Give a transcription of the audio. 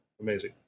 Amazing